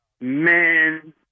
man